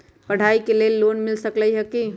पढाई के लेल लोन मिल सकलई ह की?